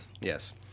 Yes